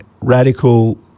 radical